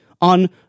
on